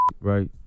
right